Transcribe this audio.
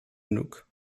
nook